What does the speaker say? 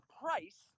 price